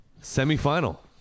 semi-final